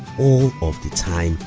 all of the time,